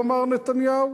הוא אמר: נתניהו,